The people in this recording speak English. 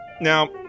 now